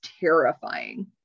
terrifying